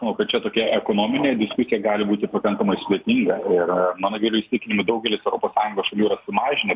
manau kad čia tokia ekonominė diskusija gali būti pakankamai sudėtinga ir mano giliu įsitikinimu daugelis europos sąjungos šalių yra sumažinę